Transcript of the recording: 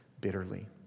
bitterly